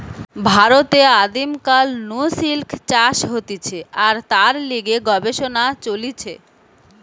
ভারতে আদিম কাল নু সিল্ক চাষ হতিছে আর তার লিগে গবেষণা চলিছে